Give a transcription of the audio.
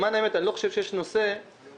למען האמת אני לא חושב שיש נושא שלא